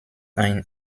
ein